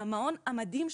המעון המדהים שלי,